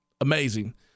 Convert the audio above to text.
Amazing